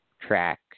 track